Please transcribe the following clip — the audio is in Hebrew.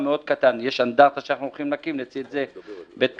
יש אנדרטה שאנחנו הולכים להקים ולצד זה בית קפה,